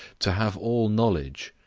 to have all knowledge,